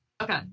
Okay